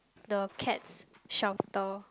the cats shelter